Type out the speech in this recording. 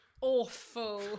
Awful